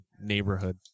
neighborhood